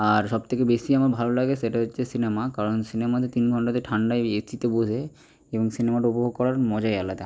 আর সব থেকে বেশি আমার ভালো লাগে সেটা হচ্ছে সিনেমা কারণ সিনেমাতে তিন ঘণ্টা ধরে ঠান্ডায় এ সিতে বসে এবং সিনেমাটা উপভোগ করার মজাই আলাদা